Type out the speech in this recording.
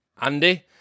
Andy